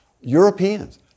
Europeans